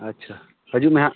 ᱟᱪᱪᱷᱟ ᱦᱤᱡᱩᱜ ᱢᱮᱦᱟᱸᱜ